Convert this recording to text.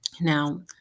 Now